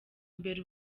imbere